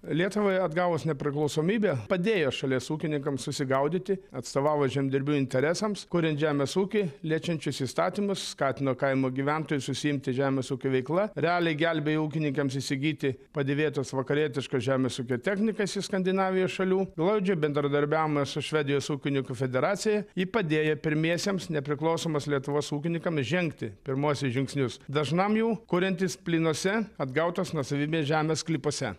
lietuvai atgavus nepriklausomybę padėjo šalies ūkininkams susigaudyti atstovavo žemdirbių interesams kuriant žemės ūkį liečiančius įstatymus skatino kaimo gyventojus užsiimti žemės ūkio veikla realiai gelbėjo ūkininkams įsigyti padėvėtos vakarietiškos žemės ūkio technikas iš skandinavijos šalių glaudžiai bendradarbiavome su švedijos ūkininkų federacija ji padėje pirmiesiems nepriklausomos lietuvos ūkininkams žengti pirmuosius žingsnius dažnam jų kuriantis plynuose atgautos nuosavybės žemės sklypuose